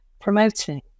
promoting